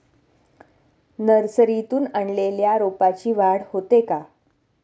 नर्सरीतून आणलेल्या रोपाची वाढ होते का?